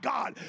God